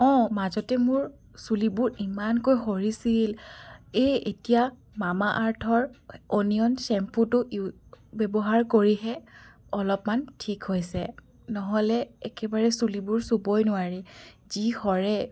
অঁ মাজতে মোৰ চুলিবোৰ ইমানকৈ সৰিছিল এই এতিয়া মামা আৰ্থৰ অনিয়ন শ্বেম্পুটো ইউ ব্যৱহাৰ কৰিহে অলপমান ঠিক হৈছে নহ'লে একেবাৰে চুলিবোৰ চুবই নোৱাৰি যি সৰে